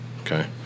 Okay